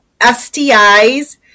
STIs